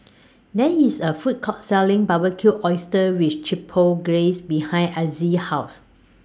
There IS A Food Court Selling Barbecued Oysters with Chipotle Glaze behind Azzie's House